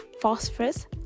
Phosphorus